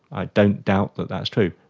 i don't doubt that that's true,